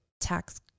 tax